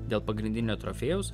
dėl pagrindinio trofėjaus